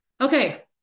okay